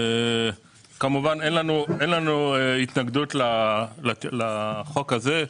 כמובן אין לנו התנגדות לחוק הזה,